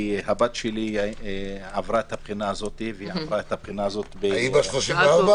כי הבת שלי עברה את הבחינה הזאת -- בשעה טובה.